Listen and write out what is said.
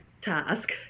task